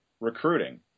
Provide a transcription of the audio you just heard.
recruiting